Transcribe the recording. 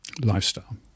lifestyle